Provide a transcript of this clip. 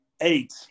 Eight